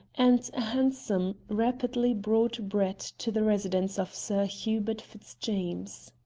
and a hansom rapidly brought brett to the residence of sir hubert fitzjames.